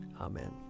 Amen